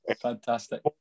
fantastic